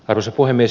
arvoisa puhemies